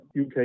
UK